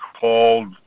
called